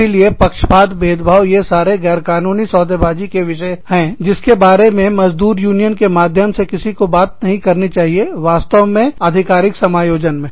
इसीलिए पक्षपात भेदभाव यह सारे गैर कानूनी सौदेबाजी के विषय है जिसके बारे में मज़दूर यूनियन के माध्यम से किसी को बात नहीं करनी चाहिएवास्तव में आधिकारिक समायोजन में